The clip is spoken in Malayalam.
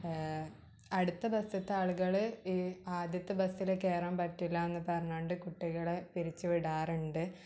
അടുത്ത ബസ്സിലത്തെ ആളുകൾ ആദ്യത്തെ ബസ്സിൽ കയറാൻ പറ്റില്ല എന്ന് പറഞ്ഞത് കൊണ്ട് കുട്ടികളെ തിരിച്ചുവിടാറുണ്ട്